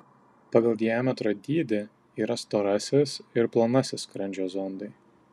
pagal diametro dydį yra storasis ir plonasis skrandžio zondai